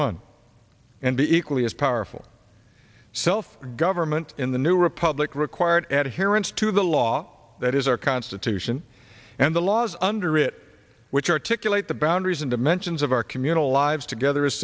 one and the equally as powerful self government in the new republic required adherents to the law that is our constitution and the laws under it which articulate the boundaries and dimensions of our communal lives together as